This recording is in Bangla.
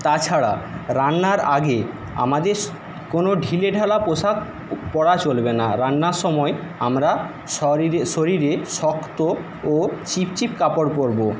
তাছাড়া রান্নার আগে আমাদের কোনও ঢিলেঢালা পোশাক পরা চলবে না রান্নার সময় আমরা শরীরে শরীরে শক্ত ও চিপচিপ কাপড় পরব